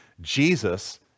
Jesus